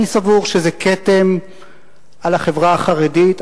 אני סבור שזה כתם על החברה החרדית,